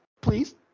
please